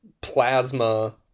plasma